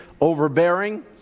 overbearing